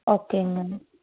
ஓகேங்க மேம்